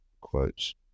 quotes